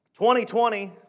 2020